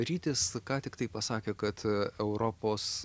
rytis ką tik tai pasakė kad europos